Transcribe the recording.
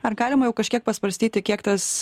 ar galima jau kažkiek pasvarstyti kiek tas